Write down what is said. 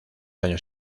años